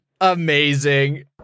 Amazing